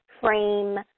frame